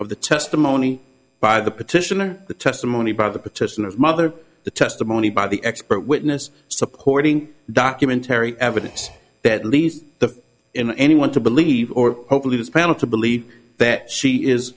of the testimony by the petitioner the testimony by the petitioner of mother the testimony by the expert witness supporting documentary evidence that at least the in any want to believe or hopefully this panel to believe that she is